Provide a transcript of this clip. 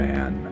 Man